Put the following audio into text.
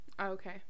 okay